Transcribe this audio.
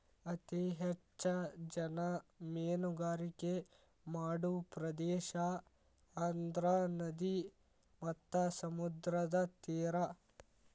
ಅತೇ ಹೆಚ್ಚ ಜನಾ ಮೇನುಗಾರಿಕೆ ಮಾಡು ಪ್ರದೇಶಾ ಅಂದ್ರ ನದಿ ಮತ್ತ ಸಮುದ್ರದ ತೇರಾ